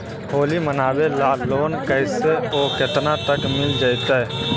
होली मनाबे ल लोन कैसे औ केतना तक के मिल जैतै?